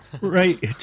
Right